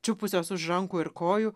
čiupusios už rankų ir kojų